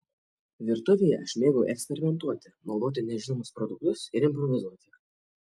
virtuvėje aš mėgau eksperimentuoti naudoti nežinomus produktus ir improvizuoti